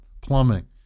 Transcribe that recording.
plumbing